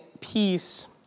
peace